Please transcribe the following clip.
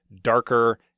darker